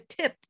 tip